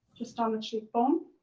just on the cheekbone.